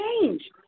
change